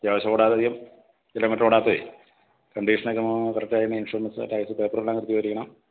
അത്യാവശ്യം ഓടാതെ അധികം കിലോ മീറ്റർ ഓടാത്തതെ കണ്ടീഷനൊക്കെ കറക്റ്റായിരുന്നു തന്നെ ഇൻഷുറൻസ് ടയർ പേപ്പറെല്ലാം കറക്റ്റീവ് ആയിരിക്കണം